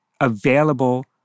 available